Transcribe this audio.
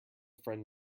friend